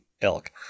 elk